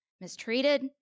Mistreated